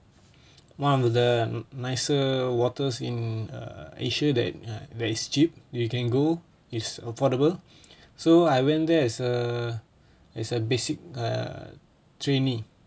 one of the nicer waters in uh asia that uh that is cheap you can go is affordable so I went there as a as a basic err trainee